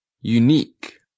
unique